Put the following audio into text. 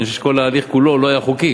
מפני שכל ההליך כולו לא היה חוקי